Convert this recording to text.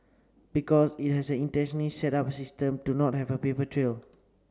because it has an intentionally set up system to not have a paper trail